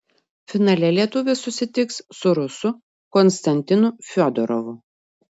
finale lietuvis susitiks su rusu konstantinu fiodorovu